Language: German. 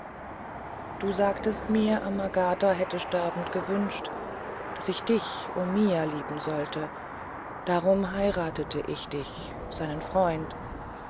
du sagtest mir amagata hätte sterbend gewünscht daß ich dich omiya lieben sollte darum heiratete ich dich seinen freund